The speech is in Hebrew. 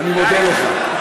אני מודה לך.